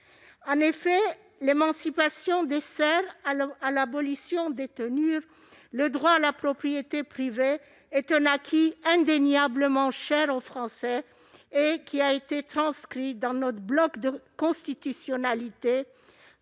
face. De l'émancipation des serfs à l'abolition des tenures, le droit à la propriété privée est un acquis indéniablement cher aux Français, inscrit dans notre bloc de constitutionnalité